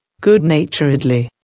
good-naturedly